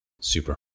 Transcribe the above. Super